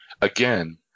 Again